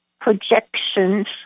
projections